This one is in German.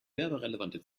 werberelevante